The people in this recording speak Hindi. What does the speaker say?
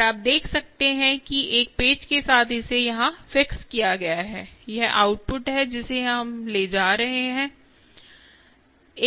और आप देख सकते हैं कि एक पेंच के साथ इसे यहां फिक्स किया गया है यह आउटपुट है जिसे हम यहां ले जा रहे हैं